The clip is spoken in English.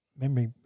memory